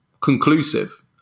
conclusive